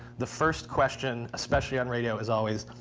the first question, especially on radio, is always,